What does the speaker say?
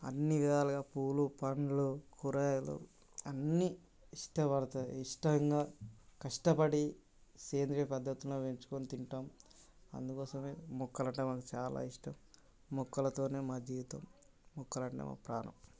అన్ని విధాలుగా పూలు పండ్లు కూరగాయలు అన్నీ ఇష్టపడుతుంది ఇష్టంగా కష్టపడి సేంద్రీయ పద్ధతిలోనే పెంచుకొని తింటాము అందుకోసమే మొక్కలు అంటే మాకు చాలా ఇష్టం మొక్కలతోనే మా జీవితం మొక్కలు అంటే మాకు ప్రాణం